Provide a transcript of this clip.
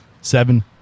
seven